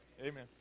amen